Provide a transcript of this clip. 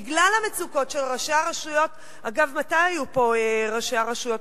בגלל המצוקות של ראשי הרשויות,